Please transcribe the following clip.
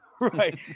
right